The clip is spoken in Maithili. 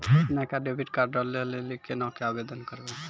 नयका डेबिट कार्डो लै लेली केना के आवेदन करबै?